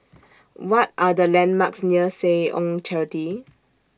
What Are The landmarks near Seh Ong Charity